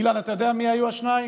אילן, אתה יודע מי היו השניים?